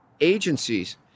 agencies